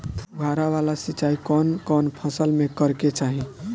फुहारा वाला सिंचाई कवन कवन फसल में करके चाही?